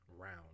round